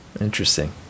Interesting